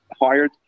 hired